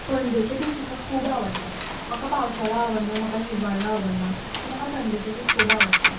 थंडेचे दीस म्हाका खूब आवडटा म्हाका पावसाळो आवडना म्हाका हिंवाळो आवडना पूण म्हाका थंडेचे दीस खूब आवडटा